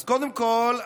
אז קודם כול,